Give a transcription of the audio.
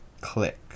Click